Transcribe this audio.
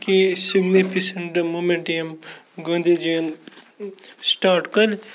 کہِ significant moment یِم گاندھی جی یَن سِٹاٹ کٔرۍ